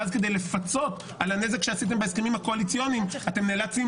ואז כדי לפצות על הנזק שעשיתם בהסכמים הקואליציוניים נאלצתם